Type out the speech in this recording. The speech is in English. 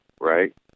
right